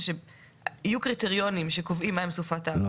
זה שיהיו קריטריונים שקובעים מהי סופת האבק.